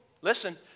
listen